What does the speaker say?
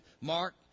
Mark